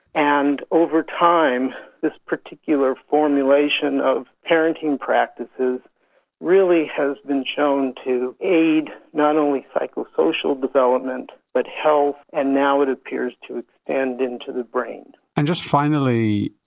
and over time this particular formulation of parenting practices really has been shown to aid not only psychosocial development but health, and now it appears to expand and into the brain. and just finally,